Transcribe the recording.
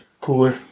cooler